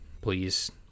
please